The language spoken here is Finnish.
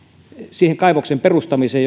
siihen kaivoksen perustamiseen